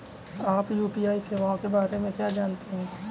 आप यू.पी.आई सेवाओं के बारे में क्या जानते हैं?